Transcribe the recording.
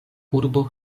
urbo